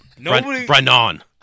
Brennan